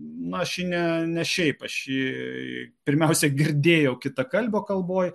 na aš ne ne šiaip aš jį pirmiausia girdėjau kitakalbio kalboj